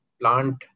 plant